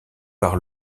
par